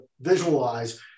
visualize